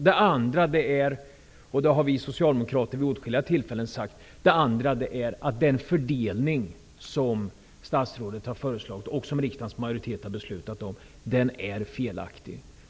Den andra anledningen är att den fördelning som statsrådet har föreslagit, och som riksdagens majoritet har beslutat om, är felaktig.